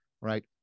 right